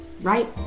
right